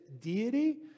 deity